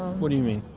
what do you mean?